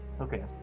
okay